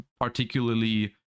particularly